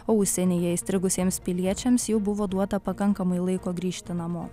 o užsienyje įstrigusiems piliečiams jau buvo duota pakankamai laiko grįžti namo